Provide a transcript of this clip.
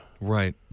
right